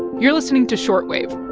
you're listening to short wave